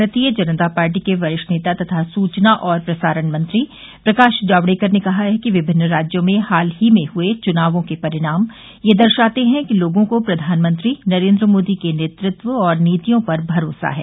भारतीय जनता पार्टी के वरिष्ठ नेता तथा सुचना और प्रसारण मंत्री प्रकाश जावडेकर ने कहा है कि विभिन्न राज्यों में हाल ही में हुए चुनावों के परिणाम यह दर्शाते हैं कि लोगों को प्रधानमंत्री नरेंद्र मोदी के नेतृत्व और नीतियों पर भरोसा है